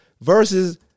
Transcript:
versus